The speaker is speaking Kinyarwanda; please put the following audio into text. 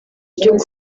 ibyo